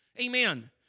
Amen